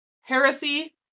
Heresy